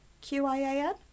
Q-I-A-N